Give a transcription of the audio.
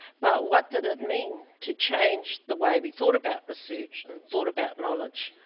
but what did it mean to change the way we thought about research and thought about knowledge.